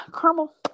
caramel